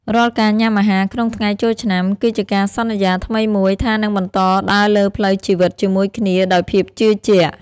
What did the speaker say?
រាល់ការញ៉ាំអាហារក្នុងថ្ងៃចូលឆ្នាំ គឺជាការសន្យាថ្មីមួយថានឹងបន្តដើរលើផ្លូវជីវិតជាមួយគ្នាដោយភាពជឿជាក់។